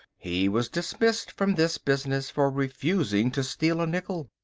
he was dismissed from this business for refusing to steal a nickel.